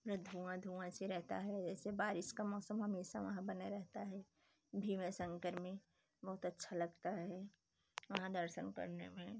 पुरा धुआँ धुआँ से रहता है जैसे बारिश का मौसम हमेशा वहाँ बना रहता है भीमाशंकर में बहुत अच्छा लगता है वहाँ दर्शन करने में